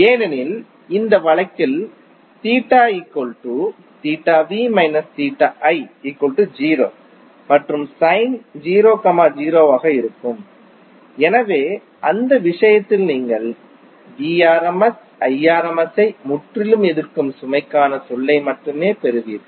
ஏனெனில் இந்த வழக்கில் மற்றும் சைன் 0 0 ஆக இருக்கும் எனவே அந்த விஷயத்தில் நீங்கள் Vrms Irms ஐ முற்றிலும் எதிர்க்கும் சுமைக்கான சொல்லை மட்டுமே பெறுவீர்கள்